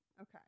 Okay